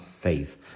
faith